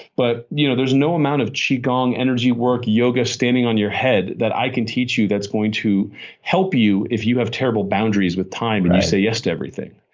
but you know there's no amount of qigong, energy work yoga standing on your head that i can teach you that's going to help you if you have terrible boundaries with time, and you say yes to everything.